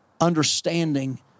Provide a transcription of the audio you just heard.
understanding